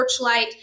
Porchlight